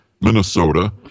Minnesota